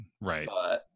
right